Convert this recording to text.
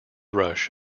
rush